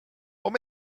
what